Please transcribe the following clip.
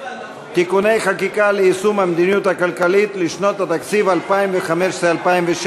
(תיקוני חקיקה ליישום המדיניות הכלכלית לשנות התקציב 2015 ו-2016),